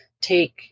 take